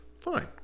Fine